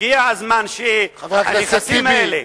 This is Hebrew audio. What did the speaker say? הגיע הזמן שהנכסים האלה,